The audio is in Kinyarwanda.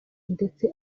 ndetse